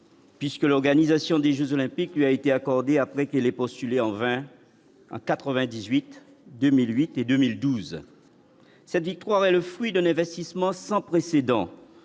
puisque l'organisation des Jeux olympiques, lui a été accordé après que les postulé en vain 98 2008 et 2012, cette victoire est le fruit d'un investissement sans précédent